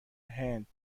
هند